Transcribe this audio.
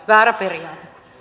väärä periaate